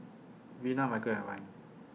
Vina Michel and Ryne